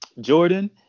jordan